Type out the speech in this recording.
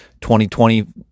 2020